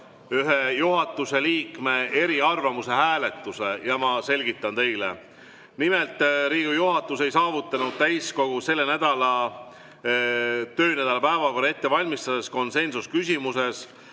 ühe juhatuse liikme eriarvamuse hääletuse. Ma selgitan teile. Nimelt, Riigikogu juhatus ei saavutanud täiskogu selle töönädala päevakorda ette valmistades konsensust küsimuses,